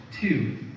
Two